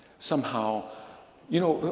somehow you know,